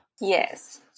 Yes